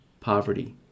poverty